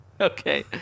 Okay